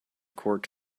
cork